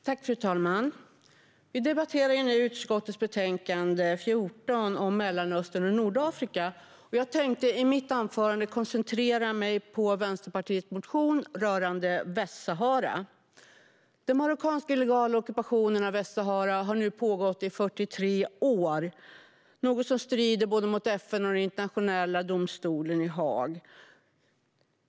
Fru talman! Vi debatterar nu utrikesutskottets betänkande UU14 om Mellanöstern och Nordafrika. Jag tänker i mitt anförande koncentrera mig på Vänsterpartiets motion rörande Västsahara. Den marockanska illegala ockupationen av Västsahara har nu pågått i 43 år, i strid med både FN och Internationella domstolen i Haag.